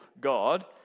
God